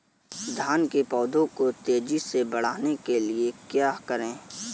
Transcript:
धान के पौधे को तेजी से बढ़ाने के लिए क्या करें?